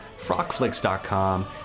Frockflix.com